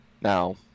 Now